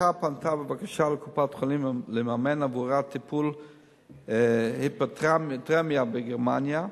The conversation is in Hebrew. המשפחה פנתה לקופת-חולים בבקשה לממן עבורה טיפול היפרתרמיה בגרמניה,